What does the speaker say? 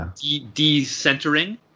de-centering